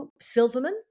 silverman